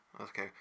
okay